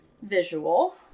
visual